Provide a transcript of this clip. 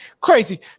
crazy